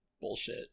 bullshit